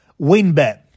WinBet